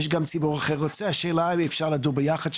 יש גם ציבור אחר שרוצה השאלה אם אפשר לדון ביחד.